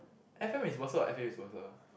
f_m is worser or f_a is worser